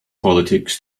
politics